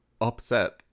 upset